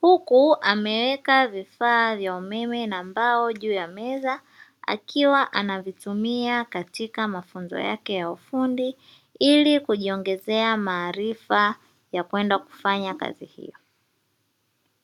huku ameweka vifaa vya umeme na mbao juu ya meza, akiwa anavitumia katika mafunzo yake ya ufundi, ili kujiongezea maarifa ya kwenda kufanya kazi hiyo.